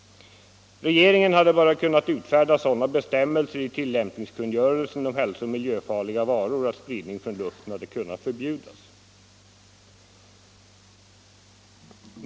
Regeringen hade bara kunnat utfärda sådana bestämmelser i tillämpningskungörelsen om hälsooch miljöfarliga varor att spridning från luften hade kunnat förbjudas.